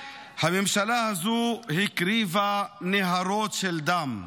הממשלה הזו הקריבה נהרות של דם,